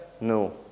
No